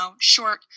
short